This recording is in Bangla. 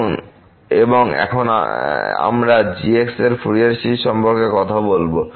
এবং এখন আমরা g এর ফুরিয়ার সিরিজ সম্পর্কে কথা বলব